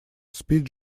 спит